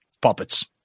puppets